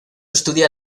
estudia